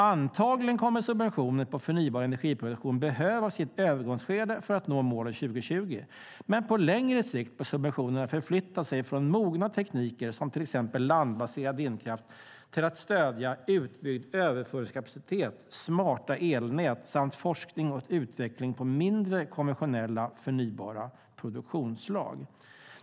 Antagligen kommer subventioner på förnybar energiproduktion behövas i ett övergångsskede för att nå målen 2020. Men på längre sikt bör subventionerna förflytta sig från mogna tekniker, som t ex landbaserad vindkraft, till att stödja utbyggd överföringskapacitet, smarta elnät samt forskning och utveckling på mindre konventionella förnybara produktionsslag."